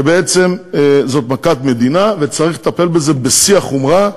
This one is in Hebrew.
שבעצם זאת מכת מדינה, וצריך לטפל בזה בשיא החומרה.